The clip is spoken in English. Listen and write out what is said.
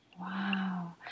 Wow